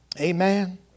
Amen